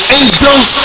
angels